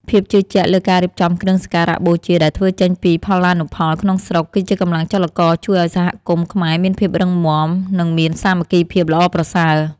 ភាពជឿជាក់លើការរៀបចំគ្រឿងសក្ការបូជាដែលធ្វើចេញពីផលានុផលក្នុងស្រុក គឺជាកម្លាំងចលករជួយឱ្យសហគមន៍ខ្មែរមានភាពរឹងមាំ និងមានសាមគ្គីភាពល្អប្រសើរ។